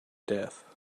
death